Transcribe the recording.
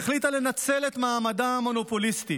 שהחליטה לנצל את מעמדה המונופוליסטי